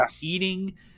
eating